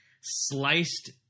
sliced –